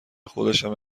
خودشم